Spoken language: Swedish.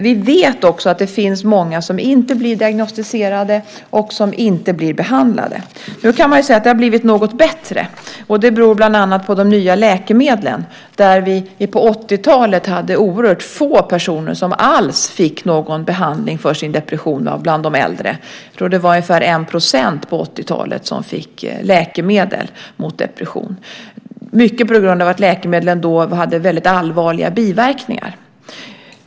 Vi vet också att det finns många som inte blir diagnostiserade och som inte blir behandlade. Nu kan man säga att det har blivit något bättre, och det beror bland annat på de nya läkemedlen. På 80-talet var det oerhört få personer som alls fick någon behandling för sin depression bland de äldre. Jag tror att det var ungefär 1 % på 80-talet som fick läkemedel mot depression - mycket på grund av att läkemedlen då hade väldigt allvarliga biverkningar.